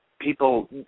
people